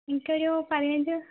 എനിക്കൊരു പതിനഞ്ച്